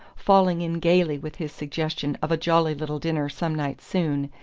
falling in gaily with his suggestion of a jolly little dinner some night soon,